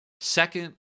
Second